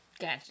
Gotcha